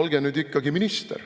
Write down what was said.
Olge nüüd ikkagi minister,